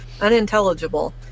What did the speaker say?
unintelligible